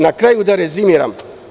Na kraju da rezimiram.